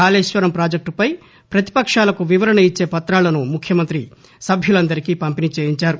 కాళేశ్వరం పాజెక్టుపై పతిపక్షాలకు వివరణ ఇచ్చే పుతాలను ముఖ్యమంత్రి సభ్యులందరికీ పంపిణీ చేయించారు